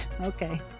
Okay